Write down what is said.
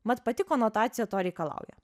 mat pati konotacija to reikalauja